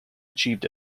achieved